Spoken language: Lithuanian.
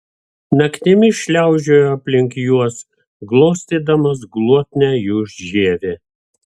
naktimis šliaužiojo aplink juos glostydamas glotnią jų žievę